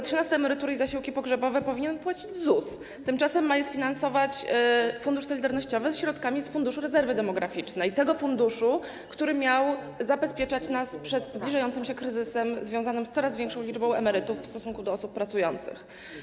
Trzynaste emerytury i zasiłki pogrzebowe powinien wypłacać ZUS, tymczasem ma je sfinansować Fundusz Solidarnościowy środkami z Funduszu Rezerwy Demograficznej, tego funduszu, który miał zabezpieczać nas przed zbliżającym się kryzysem związanym z coraz większą liczbą emerytów w stosunku do osób pracujących.